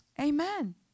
Amen